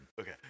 Okay